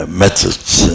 methods